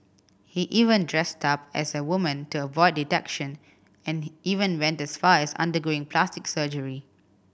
he even dressed up as a woman to avoid detection and he even went as far as undergoing plastic surgery